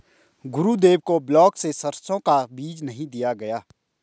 गुरुदेव को ब्लॉक से सरसों का बीज नहीं दिया गया